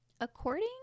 According